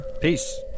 Peace